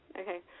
Okay